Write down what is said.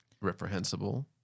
reprehensible